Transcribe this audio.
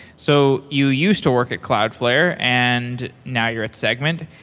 so you used to work at cloudflare and now you're at segment.